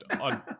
on